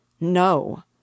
No